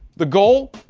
the goal,